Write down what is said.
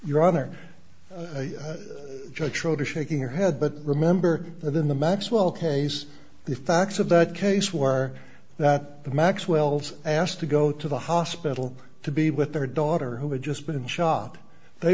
your honor judge schroeder shaking your head but remember that in the maxwell case the facts of that case where that the maxwells asked to go to the hospital to be with their daughter who had just been shot they